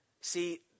See